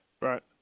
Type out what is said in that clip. Right